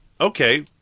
okay